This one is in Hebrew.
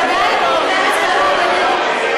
במדינה הזאת אנשים שכחו לכתוב,